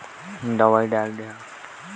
केला के गचा मां फल जल्दी कइसे लगही?